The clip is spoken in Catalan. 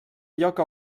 lloc